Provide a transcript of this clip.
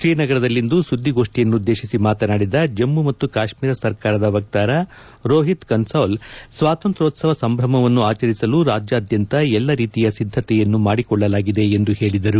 ಶ್ರೀನಗರದಲ್ಲಿಂದು ಸುದ್ದಿಗೋಷ್ಣಿಯನ್ನುದ್ದೇಶಿಸಿ ಮಾತನಾಡಿದ ಜಮ್ಮು ಮತ್ತು ಕಾಶ್ಮೀರ ಸರ್ಕಾರದ ವಕ್ತಾರ ರೋಹಿತ್ ಕನ್ಪಾಲ್ ಸ್ವಾತಂತ್ರೋತ್ಪವ ಸಂಭ್ರಮವನ್ನು ಆಚರಿಸಲು ರಾಜ್ಯಾದ್ಯಂತ ಎಲ್ಲ ರೀತಿಯ ಸಿದ್ದತೆಯನ್ನು ಮಾಡಿಕೊಳ್ಳಲಾಗಿದೆ ಎಂದು ಹೇಳಿದರು